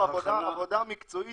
לא, העבודה המקצועית